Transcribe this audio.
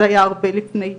זה היה הרבה לפני,